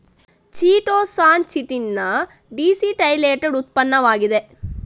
chitosan chitin ನ deacetylated ಉತ್ಪನ್ನವಾಗಿದೆ